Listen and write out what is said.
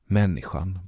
människan